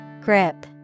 Grip